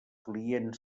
client